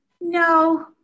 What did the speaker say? no